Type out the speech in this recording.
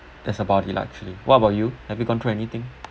that's about it lah actually what about you have you have you gone through anything